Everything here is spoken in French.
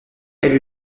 elle